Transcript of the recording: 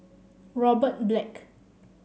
Robert Black